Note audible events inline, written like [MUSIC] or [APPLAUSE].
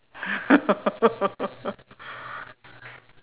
[LAUGHS]